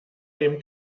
dem